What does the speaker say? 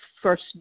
first